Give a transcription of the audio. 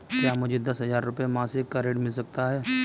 क्या मुझे दस हजार रुपये मासिक का ऋण मिल सकता है?